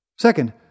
Second